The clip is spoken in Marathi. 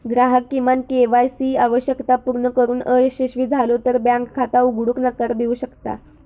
ग्राहक किमान के.वाय सी आवश्यकता पूर्ण करुक अयशस्वी झालो तर बँक खाता उघडूक नकार देऊ शकता